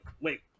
wait